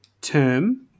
term